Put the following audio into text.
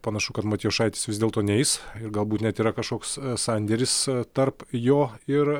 panašu kad matijošaitis vis dėlto neis ir galbūt net yra kažkoks sandėris tarp jo ir